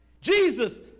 Jesus